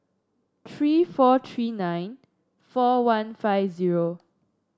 tree four tree nine four one five zero